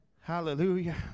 Hallelujah